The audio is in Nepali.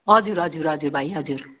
हजुर हजुर हजुर भाइ हजुर